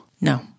No